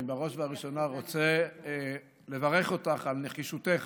בראש ובראשונה, אני רוצה לברך אותך על נחישותך